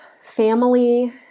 family